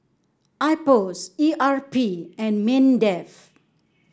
IPOS E R P and Mindef